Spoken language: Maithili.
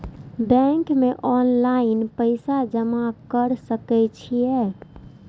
बैंक में ऑनलाईन पैसा जमा कर सके छीये?